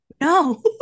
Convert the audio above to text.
No